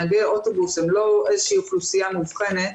נהגי אוטובוס הם לא איזה שהיא אוכלוסייה מובחנת,